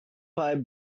five